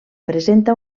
presenta